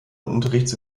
unterrichts